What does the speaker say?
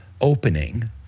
opening